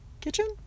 Kitchen